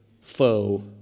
foe